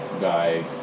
guy